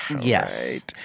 yes